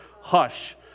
Hush